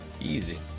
easy